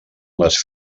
les